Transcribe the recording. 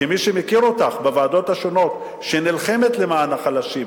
כמי שמכיר אותך בוועדות השונות שנלחמת למען החלשים,